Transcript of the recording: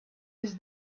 his